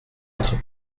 être